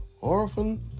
Orphan